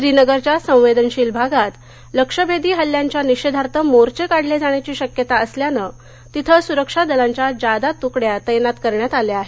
श्रीनगरच्या संवेदनशील भागात लक्ष्यभेदी हल्ल्यांच्या निषेधार्थ मोर्घे काढले जाण्याची शक्यता असल्यानं तिथे सुरक्षा दलांच्या जादा तुकड्या तैनात करण्यात आल्या आहेत